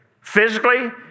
physically